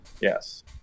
yes